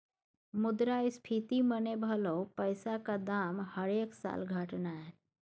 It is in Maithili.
मुद्रास्फीति मने भलौ पैसाक दाम हरेक साल घटनाय